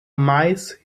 mais